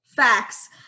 facts